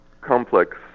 complex